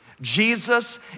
Jesus